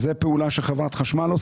זאת פעולה שעושה חברת החשמל,